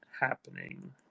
happening